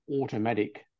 automatic